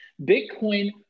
Bitcoin